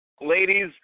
ladies